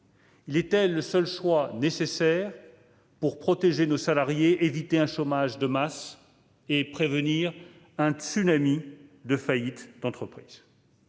Elle était nécessaire pour protéger nos salariés, éviter un chômage de masse et prévenir un tsunami de faillites d'entreprises.